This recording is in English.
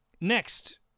Next